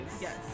Yes